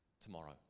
tomorrow